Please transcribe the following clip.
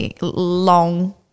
long